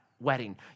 wedding